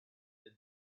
the